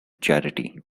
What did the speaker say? charity